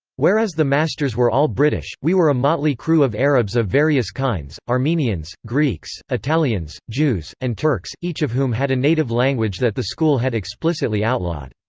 whereas the masters were all british, we were a motley crew of arabs of various kinds, armenians, greeks, italians, jews, and turks, each of whom had a native language that the school had explicitly outlawed.